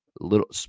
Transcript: little